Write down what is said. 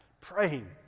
praying